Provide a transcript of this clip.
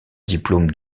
diplôme